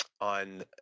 on